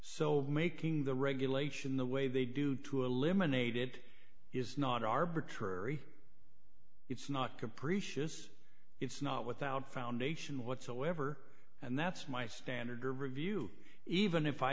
so making the regulation the way they do to eliminate it is not arbitrary it's not capricious it's not without foundation whatsoever and that's my standard or review even if i